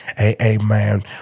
amen